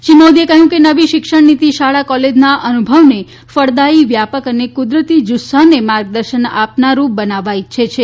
શ્રી મોદીએ કહ્યું કે નવી શિક્ષણ નીતિ શાળા કોલેજના અનુભવને ફળદાયી વ્યાપક અને કુદરતી જુસ્સાને માર્ગદર્શન આપનારું બનાવવા ઇચ્છે છે